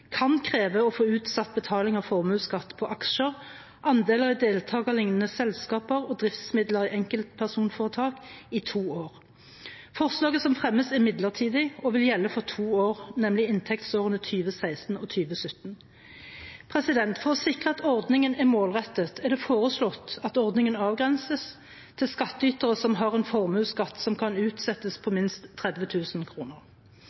kan kreve å få utsatt betaling av formuesskatt på aksjer, andeler i deltakerlignende selskaper og driftsmidler i enkeltpersonforetak i to år. Forslaget som fremmes, er midlertidig og vil gjelde for to år, nemlig inntektsårene 2016 og 2017. For å sikre at ordningen er målrettet, er det foreslått at ordningen avgrenses til skattytere som har en formuesskatt som kan utsettes, på